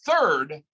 third